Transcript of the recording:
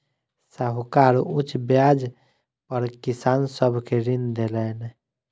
साहूकार उच्च ब्याज पर किसान सब के ऋण देलैन